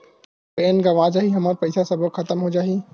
Pan गंवा जाही हमर पईसा सबो खतम हो जाही?